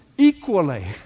Equally